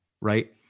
Right